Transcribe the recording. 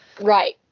right